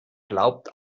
glaubt